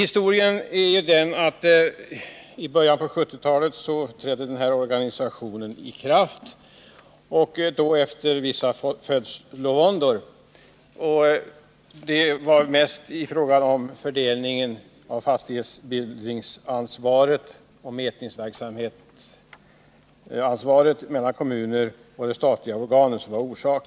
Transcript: Historien är den att denna organisation trädde i kraft i början på 1970-talet efter vissa födslovåndor — orsaken var mest fördelningen av fastighetsbildningsansvaret och mätningsverksamhetsansvaret mellan kommuner och de statliga organen.